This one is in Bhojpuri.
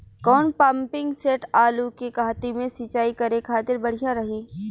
कौन पंपिंग सेट आलू के कहती मे सिचाई करे खातिर बढ़िया रही?